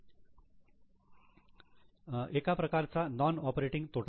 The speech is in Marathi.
तऱ्हा एक प्रकारचा नॉन ऑपरेटिंग तोटा आहे